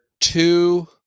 two